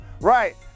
Right